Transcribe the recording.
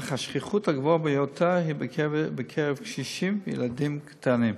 אך השכיחות הגבוהה ביותר היא בקרב קשישים וילדים קטנים.